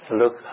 look